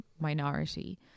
minority